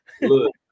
Look